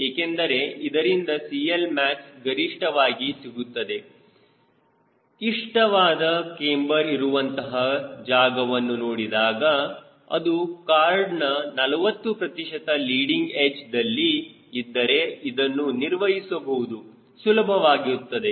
ಏಕೆಂದರೆ ಇದರಿಂದ CLmaxಗರಿಷ್ಠವಾಗಿ ಸಿಗುತ್ತದೆ ಇಷ್ಟವಾದ ಕ್ಯಾಮ್ಬರ್ ಇರುವಂತ ಜಾಗವನ್ನು ನೋಡಿದಾಗ ಅದು ಕಾರ್ಡ್ನ 40 ಪ್ರತಿಶತ ಲೀಡಿಂಗ್ಎಡ್ಜ್ದಿಂದ ಇದ್ದರೆ ಇದನ್ನು ನಿರ್ವಹಿಸುವುದು ಸುಲಭವಾಗುತ್ತದೆ